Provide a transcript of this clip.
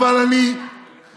אבל אני, לא, לא, רגע.